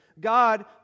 God